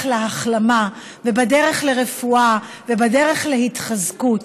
להחלמה ובדרך לרפואה ובדרך להתחזקות.